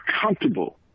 comfortable